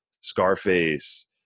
Scarface